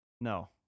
No